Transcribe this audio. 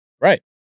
Right